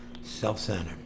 self-centered